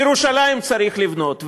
בירושלים צריך לבנות.